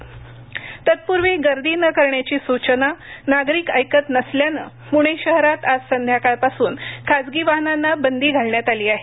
वाहतूक बंद तत्पूर्वी गर्दी न करण्याची सुचना नागरिक ऐकत नसल्यानं पूणे शहारत आज संध्याकाळपासून खाजगी वाहनांना बंदी घालण्यात आली आहे